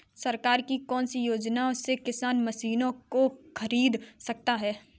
सरकार की कौन सी योजना से किसान मशीनों को खरीद सकता है?